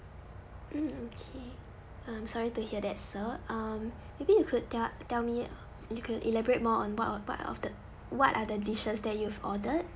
mm okay um sorry to hear that sir um maybe you could tell tell me you could elaborate more on what what of the what are the dishes that you've ordered